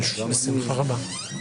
אני שומר בשמחה רבה.